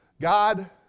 God